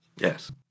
Yes